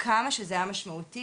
כמה שזה היה משמעותי,